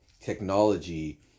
technology